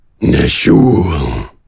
Neshul